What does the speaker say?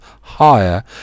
higher